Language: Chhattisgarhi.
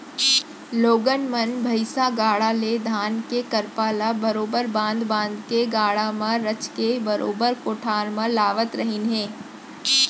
लोगन मन भईसा गाड़ा ले धान के करपा ल बरोबर बांध बांध के गाड़ा म रचके बरोबर कोठार म लावत रहिन हें